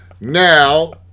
Now